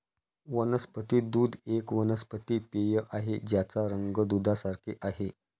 वनस्पती दूध एक वनस्पती पेय आहे ज्याचा रंग दुधासारखे आहे